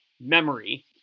memory